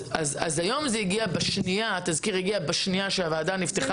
אז היום התזכיר הגיע בשנייה שהוועדה נפתחה